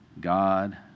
God